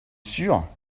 sûr